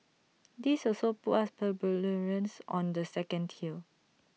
this also puts us plebeians on the second tier